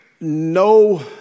No